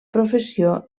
professió